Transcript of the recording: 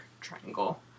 triangle